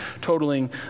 totaling